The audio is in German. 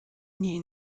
nie